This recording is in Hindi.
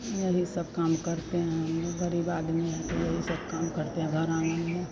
यही सब काम करते हैं हम लोग गरीब आदमी हैं तो यही सब काम करते हैं घर आँगन में